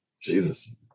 Jesus